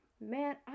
man